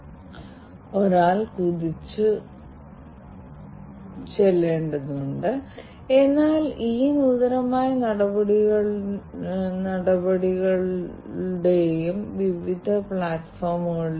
അതിനാൽ വിദൂര രോഗനിർണ്ണയവും വിദൂര രോഗനിർണ്ണയവും എന്തിന്റെ വിദൂര രോഗനിർണ്ണയവും വ്യത്യസ്തമായ മറ്റ് ഗുണങ്ങളുണ്ട്